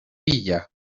pilla